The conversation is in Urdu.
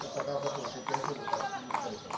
ثقافتوں سے کیسے مختلف ہیں